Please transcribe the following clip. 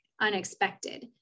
unexpected